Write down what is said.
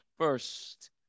First